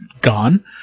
gone